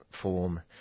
form